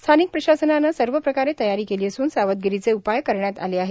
स्थानिक प्रशासनानं सर्वप्रकारे तयारी केली असून सावधगिरीचे उपाय करण्यात आले आहेत